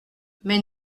mais